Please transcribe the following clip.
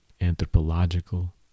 anthropological